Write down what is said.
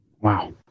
Wow